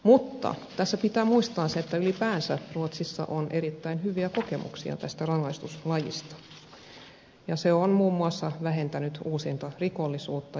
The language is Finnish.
mutta tässä pitää muistaa se että ylipäänsä ruotsissa on erittäin hyviä kokemuksia tästä rangaistuslajista ja se on muun muassa vähentänyt uusintarikollisuutta